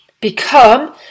become